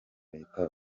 leta